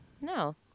No